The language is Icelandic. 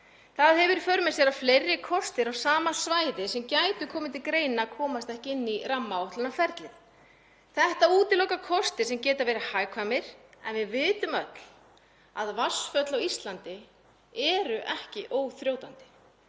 Það hefur í för með sér að fleiri kostir á sama svæði sem gætu komið til greina komast ekki inn í rammaáætlunarferlið. Þetta útilokar kosti sem geta verið hagkvæmir en við vitum öll að vatnsföll á Íslandi eru ekki óþrjótandi.